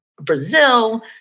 Brazil